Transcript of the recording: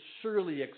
surely